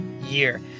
year